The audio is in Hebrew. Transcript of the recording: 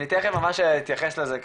נכון, אוקי, אני תכף ממש אתייחס לזה.